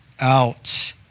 out